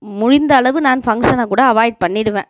முடிந்த அளவு நான் ஃபங்சனை கூட அவாய்ட் பண்ணிடுவேன்